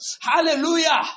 Hallelujah